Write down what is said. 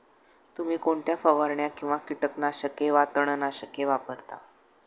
तुम्ही कोणत्या फवारण्या किंवा कीटकनाशके वा तणनाशके वापरता?